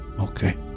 Okay